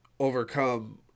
overcome